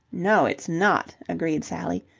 no, it's not, agreed sally.